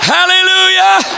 Hallelujah